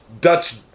Dutch